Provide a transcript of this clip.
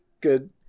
good